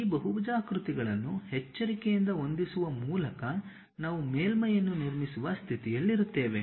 ಈ ಬಹುಭುಜಾಕೃತಿಗಳನ್ನು ಎಚ್ಚರಿಕೆಯಿಂದ ಹೊಂದಿಸುವ ಮೂಲಕ ನಾವು ಮೇಲ್ಮೈಯನ್ನು ನಿರ್ಮಿಸುವ ಸ್ಥಿತಿಯಲ್ಲಿರುತ್ತೇವೆ